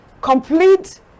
complete